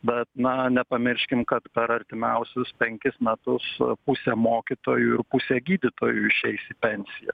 bet na nepamirškim kad per artimiausius penkis metus pusė mokytojų ir pusė gydytojų išeis į pensiją